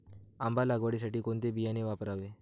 आंबा लागवडीसाठी कोणते बियाणे वापरावे?